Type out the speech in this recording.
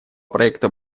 проекта